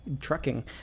trucking